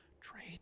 Trade